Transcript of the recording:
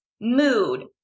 mood